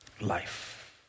life